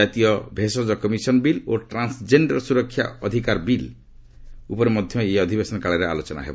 ଜାତୀୟ ଭେଷଜ commission bill ଓ ଟ୍ରାନ୍ସଜେଣ୍ଡର ସୁରକ୍ଷା ଅଧିକାର ବିଲ୍ ଉପରେ ମଧ୍ୟ ଏହି ଅଧିବେଶନ କାଳରେ ଆଲୋଚନା ହେବ